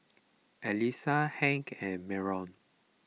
Elisa Hank and Myron